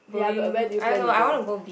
ya but where do you plan to go